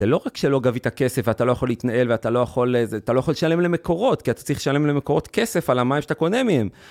זה לא רק שלא גבית כסף, ואתה לא יכול להתנהל ואתה לא יכול, אתה לא יכול לשלם למקורות, כי אתה צריך לשלם למקורות כסף על המים שאתה קונה מהם.